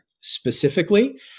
specifically